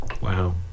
Wow